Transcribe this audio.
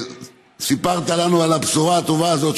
סיפרת לנו על הבשורה הטובה הזאת,